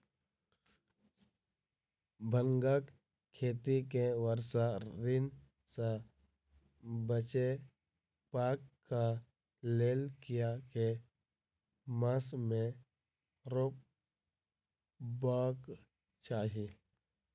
भांगक खेती केँ वर्षा ऋतु सऽ बचेबाक कऽ लेल, बिया केँ मास मे रोपबाक चाहि?